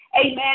amen